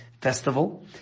festival